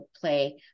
play